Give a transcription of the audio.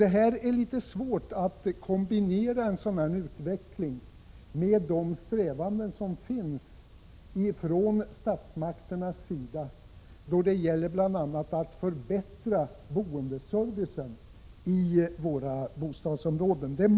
Det är svårt att komma till slutsatsen att en sådan utveckling går att kombinera med statsmakternas strävan då det gäller att bl.a. förbättra boendeservicen i våra bostadsområden.